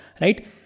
right